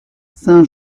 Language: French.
saint